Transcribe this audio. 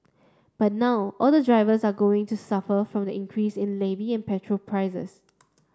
but now all the drivers are going to suffer from the increase in levy and petrol prices